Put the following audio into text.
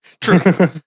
True